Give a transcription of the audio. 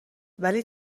ولی